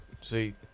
see